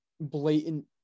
blatant